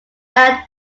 band